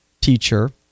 teacher